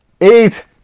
eight